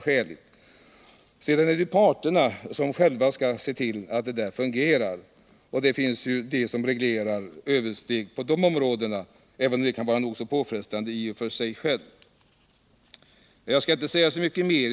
Måndagen den bestämmelser som reglerar övertramp på de områdena, även om det kan innebära en nog så påfrestande procedur i och för sig. Hyresförhandlings Jag skall inte säga mycket mer.